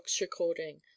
recording